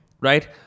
right